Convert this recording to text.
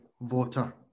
voter